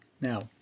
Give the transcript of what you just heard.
Now